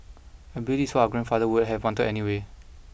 I believe this is what our grandfather would have wanted anyway